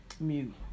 mute